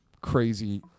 crazy